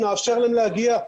נאפשר להם להגיע,